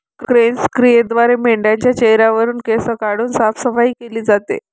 क्रॅच क्रियेद्वारे मेंढाच्या चेहऱ्यावरुन केस काढून साफसफाई केली जाते